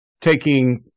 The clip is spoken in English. taking